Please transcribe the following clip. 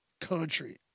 country